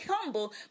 humble